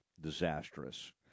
disastrous